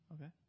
Okay